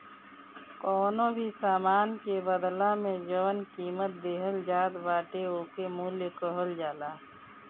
कवनो भी सामान के बदला में जवन कीमत देहल जात बाटे ओके मूल्य कहल जाला